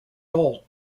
all